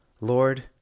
Lord